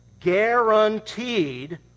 guaranteed